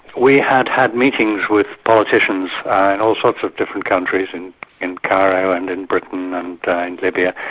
we had had meetings with politicians in all sorts of different countries in in cairo and in britain and and libya,